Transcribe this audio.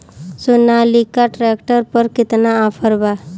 Sonalika tractor पर केतना offer बा?